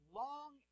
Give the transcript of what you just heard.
long